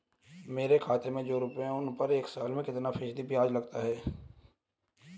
मेरे खाते में जो रुपये हैं उस पर एक साल में कितना फ़ीसदी ब्याज लगता है?